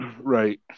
Right